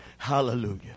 Hallelujah